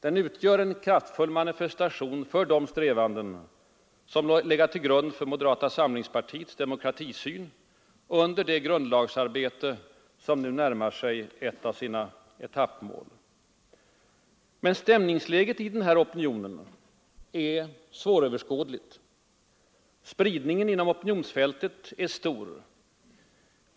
Den utgör en kraftfull manifestation för de strävanden som legat till grund för moderata samlingspartiets demokratisyn under det grundlagsarbete som nu närmar sig ännu ett av sina etappmål. Men stämningsläget i den här opinionen är svåröverskådligt. Spridningen inom opinionsfältet är stor.